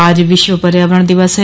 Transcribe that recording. आज विश्व पर्यावरण दिवस ह